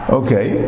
okay